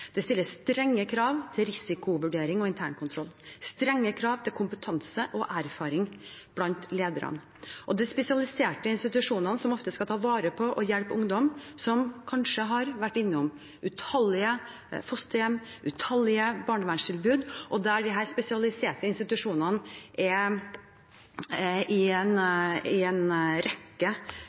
Det stilles strenge krav til risikovurdering og internkontroll, og strenge krav til kompetanse og erfaring blant lederne. I de spesialiserte institusjonene, som ofte skal ta vare på og hjelpe ungdom som kanskje har vært innom utallige fosterhjem og barnevernstilbud før – der de spesialiserte institusjonene inngår i en rekke av hjem hvor de har vært – skal en